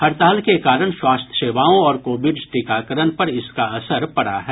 हड़ताल के कारण स्वास्थ्य सेवाओं और कोविड टीकाकरण पर इसका असर पड़ा है